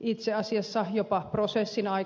itse asiassa jopa prosessin aikana